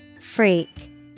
Freak